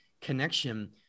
connection